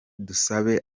dusabe